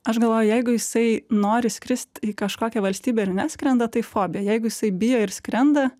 aš galvoju jeigu jisai nori skrist į kažkokią valstybę ir neskrenda tai fobija jeigu jisai bijo ir skrenda